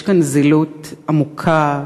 יש כאן זילות עמוקה,